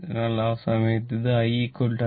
അതിനാൽ ആ സമയത്ത് ഇത് I IL